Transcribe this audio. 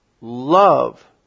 love